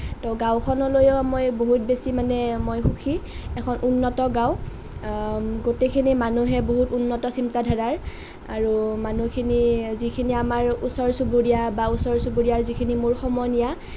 ত' গাঁওখনলৈও মানে বহুত বেছি মই সুখী এখন উন্নত গাঁও গোটেইখিনি মানুহেই বহুত উন্নত চিন্তা ধাৰাৰ আৰু মানুহখিনি যিখিনি আমাৰ ওচৰ চুবুৰীয়া বা ওচৰ চুবুৰীয়াৰ যিখিনি মোৰ সমনীয়া